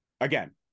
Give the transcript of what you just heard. Again